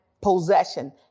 possession